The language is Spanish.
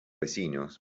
vecinos